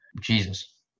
Jesus